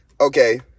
Okay